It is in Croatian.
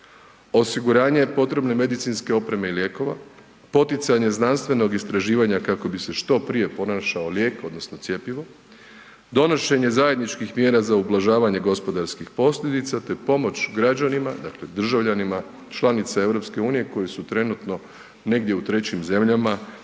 osiguranje potrebne medicinske opreme i lijekova, poticanje znanstvenog istraživanja kako bi se što prije pronašao lijek odnosno cjepivo, donošenje zajedničkih mjera za ublažavanje gospodarskih posljedica, te pomoć građanima, dakle državljanima članice EU koje su trenutno negdje u trećim zemljama